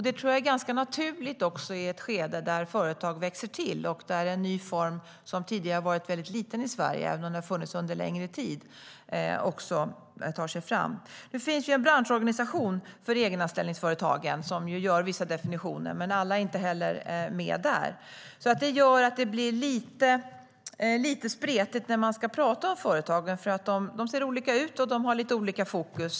Det tror jag är ganska naturligt i ett skede där företag växer till och en ny form, som tidigare varit väldigt liten i Sverige även om den funnits under en längre tid, tar sig fram. Nu finns en branschorganisation för egenanställningsföretagen som gör vissa definitioner, men alla är inte med där. Det gör att det blir lite spretigt när man ska tala om de här företagen. De ser olika ut och har lite olika fokus.